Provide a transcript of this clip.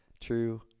true